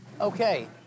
Okay